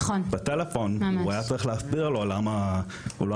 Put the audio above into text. בטלפון הוא היה צריך להסביר לו למה הוא לא